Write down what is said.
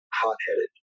hot-headed